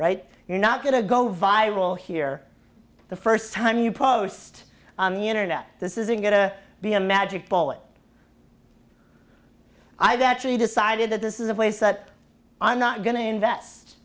right you're not going to go viral here the first time you post on the internet this isn't going to be a magic bullet i've actually decided that this is a place that i'm not going to invest